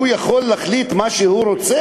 שהוא יכול להחליט מה שהוא רוצה,